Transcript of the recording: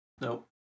Nope